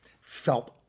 felt